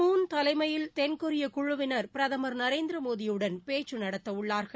Moon தலைமையில் தென்கொரிய குழுவினர் பிரதமர் நரேந்திரமோடியுடன் பேச்சு நடத்த உள்ளா்கள்